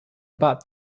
about